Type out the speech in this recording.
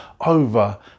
over